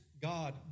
God